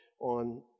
on